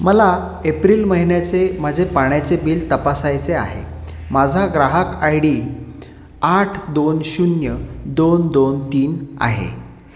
मला एप्रिल महिन्याचे माझे पाण्याचे बिल तपासायचे आहे माझा ग्राहक आय डी आठ दोन शून्य दोन दोन तीन आहे